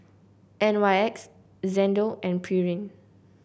N Y X Xndo and Pureen